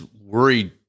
worried